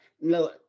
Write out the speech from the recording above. No